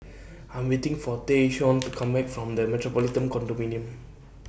I Am waiting For Tayshaun to Come Back from The Metropolitan Condominium